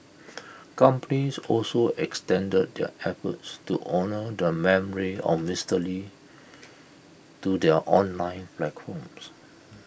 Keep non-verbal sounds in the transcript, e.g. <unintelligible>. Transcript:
<noise> companies also extended their efforts to honour the memory of Mister lee <noise> to their online <unintelligible>